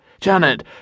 Janet